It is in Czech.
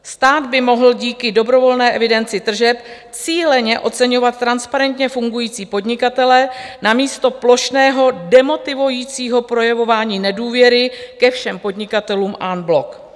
Stát by mohl díky dobrovolné evidenci tržeb cíleně oceňovat transparentně fungující podnikatele namísto plošného demotivujícího projevování nedůvěry ke všem podnikatelům en bloc.